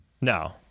No